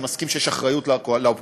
אני מסכים שיש אחריות לקואליציה,